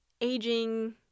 aging